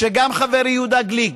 שגם חברי יהודה גליק,